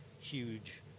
huge